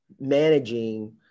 managing